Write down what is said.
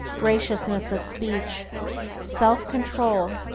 graciousness of speech self-control,